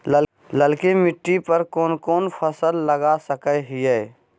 ललकी मिट्टी पर कोन कोन फसल लगा सकय हियय?